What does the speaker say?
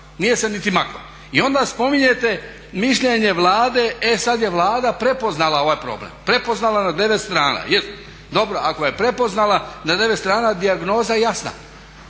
nije niti makla. I onda spominjete mišljenje Vlade, e sad je Vlada prepoznala ovaj problem, prepoznala na 9 strana. Dobro, ako je prepoznala na 9 strana dijagnoza je jasna,